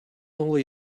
only